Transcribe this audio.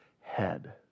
head